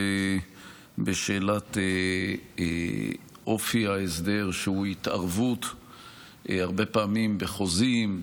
בשאלת אופי ההסדר שהוא התערבות הרבה פעמים בחוזים,